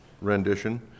rendition